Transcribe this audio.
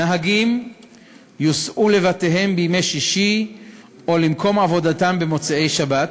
נהגים יוסעו לבתיהם בימי שישי או למקום עבודתם במוצאי-שבת